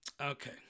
Okay